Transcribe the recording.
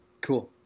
Cool